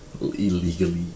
Illegally